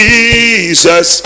Jesus